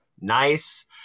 nice